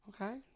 Okay